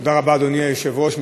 תודה רבה, אדוני היושב-ראש.